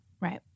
Right